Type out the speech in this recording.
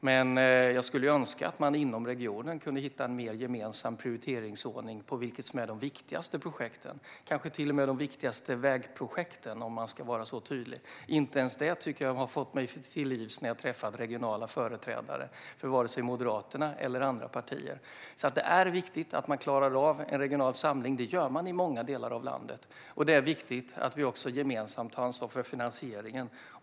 Men jag skulle önska att man inom regionen kunde hitta en mer gemensam prioriteringsordning i fråga om vilka som är de viktigaste projekten, kanske till och med de viktigaste vägprojekten, om jag ska vara så tydlig. Inte ens det tycker jag att jag har fått mig till livs när jag har träffat regionala företrädare för Moderaterna eller andra partier. Det är viktigt att man klarar av en regional samling - det gör man i många delar av landet. Det är också viktigt att vi gemensamt tar ansvar för finansieringen.